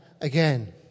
again